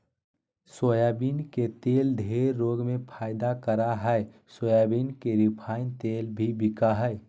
soybean के तेल ढेर रोग में फायदा करा हइ सोयाबीन के रिफाइन तेल भी बिका हइ